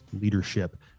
leadership